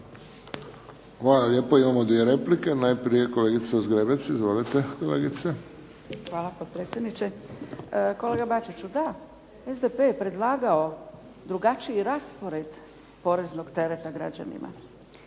Hvala lijepo. Imamo dvije replike. Najprije kolegica Zgrebec. Izvolite kolegice. **Zgrebec, Dragica (SDP)** Hvala potpredsjedniče. Kolega Bačiću, da SDP je predlagao drugačiji raspored poreznog tereta građanima.